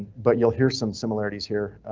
but you'll hear some similarities here.